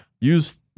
use